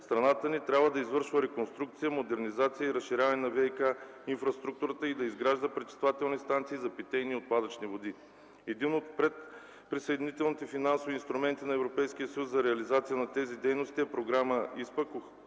страната ни трябва да извършва реконструкция, модернизация и разширяване на ВиК инфраструктурата и да изгражда пречиствателни станции за питейни и отпадъчни води. Един от пред-присъединителните финансови инструменти на ЕС за реализация на тези дейности е програма ИСПА